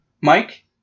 Mike